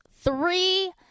Three